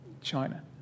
China